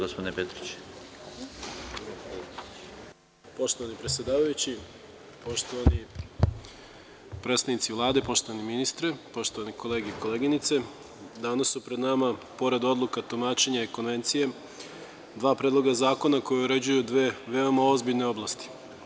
Poštovani predsedavajući, poštovani predstavnici Vlade, poštovani ministre, poštovane kolege i koleginice, danas su pred nama, pored odluka tumačenja konvencije, dva predloga zakona koji uređuju dve ozbiljne oblasti.